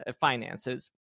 finances